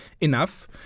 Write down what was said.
enough